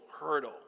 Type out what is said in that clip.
hurdle